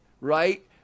right